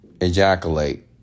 ejaculate